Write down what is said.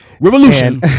Revolution